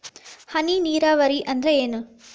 ಹನಿ ನೇರಾವರಿ ಅಂದ್ರ ಏನ್?